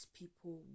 people